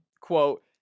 quote